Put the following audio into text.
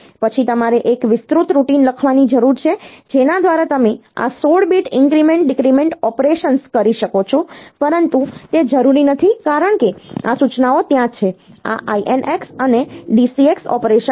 પછી તમારે એક વિસ્તૃત રૂટિન લખવાની જરૂર છે જેના દ્વારા તમે આ 16 bit ઇન્ક્રીમેન્ટ ડીક્રિમેન્ટ ઓપરેશન્સ કરી શકો છો પરંતુ તે જરૂરી નથી કારણ કે આ સૂચનાઓ ત્યાં છે આ INX અને DCX ઓપરેશન છે